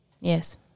Yes